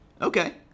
Okay